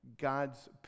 God's